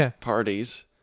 parties